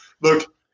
look